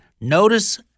Notice